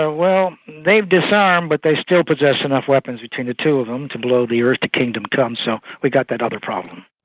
ah well, they have disarmed but they still possess enough weapons between the two of them to blow the earth to kingdom come, so we've got that other problem.